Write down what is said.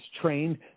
trained